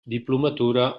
diplomatura